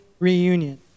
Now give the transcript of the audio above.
reunion